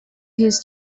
his